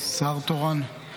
שר תורן,